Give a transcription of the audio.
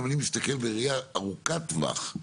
אם אני מסתכל בראייה ארוכת טווח,